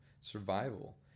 survival